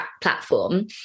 platform